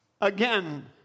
again